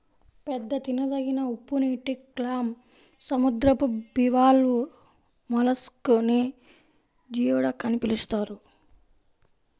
పెద్ద తినదగిన ఉప్పునీటి క్లామ్, సముద్రపు బివాల్వ్ మొలస్క్ నే జియోడక్ అని పిలుస్తారు